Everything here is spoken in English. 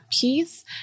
peace